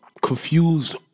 confused